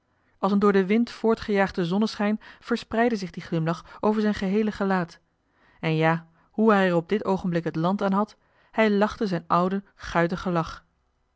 als een door den wind voortgejaagden zonneschijn verspreidde zich die glimlach over zijn geheele gelaat en ja hoe hij er op dit oogenblik het land aan had hij lachte zijn ouden guitigen lach